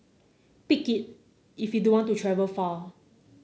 pick it if you don't want to travel far